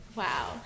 wow